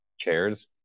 chairs